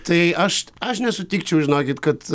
tai aš aš nesutikčiau žinokit kad